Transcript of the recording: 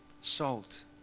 salt